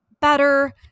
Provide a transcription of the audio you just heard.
better